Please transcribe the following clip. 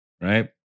Right